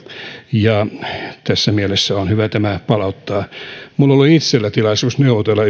ja tässä mielessä on hyvä tämä palauttaa minulla oli itselläni tilaisuus neuvotella